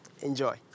Enjoy